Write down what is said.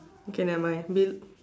K never mind be